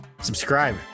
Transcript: Subscribe